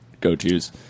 go-tos